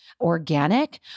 organic